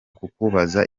kukubaza